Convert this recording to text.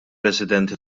residenti